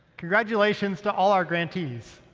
congratulations to all our grantees.